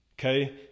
Okay